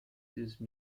these